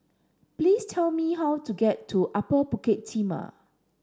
please tell me how to get to Upper Bukit Timah